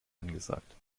angesagt